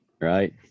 Right